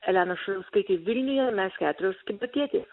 elena šurauskaitė vilniuje mes keturios kybartietės